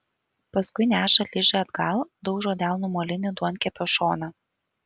paskui neša ližę atgal daužo delnu molinį duonkepio šoną